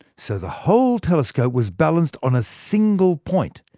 so the whole telescope was balanced on a single point.